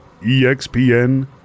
EXPN